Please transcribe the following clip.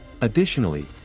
Additionally